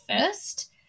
first